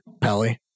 Pally